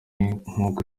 nkuko